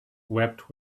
wept